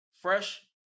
fresh